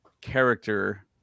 character